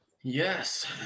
Yes